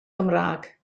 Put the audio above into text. gymraeg